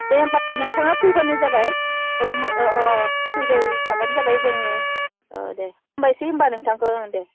दे होमब्लालाय नोंथाङा फैब्लानो जाबाय फैबाय थाब्लानो जाबाय जोङो दे हामबायसै होमब्ला नोंथांखौ औ दे